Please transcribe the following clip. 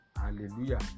hallelujah